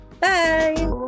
Bye